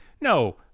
No